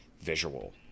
visual